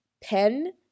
pen